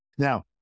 Now